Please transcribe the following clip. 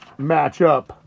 matchup